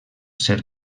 ser